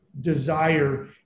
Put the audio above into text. desire